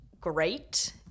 great